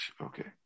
Okay